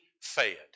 fed